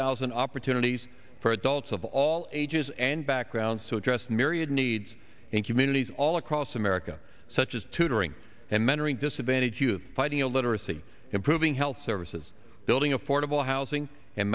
thousand opportunities for adults of all ages and backgrounds to address myriad needs in communities all across america such as tutoring and mentoring disadvantaged youth fighting a literacy improving health services building affordable housing and